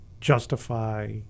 justify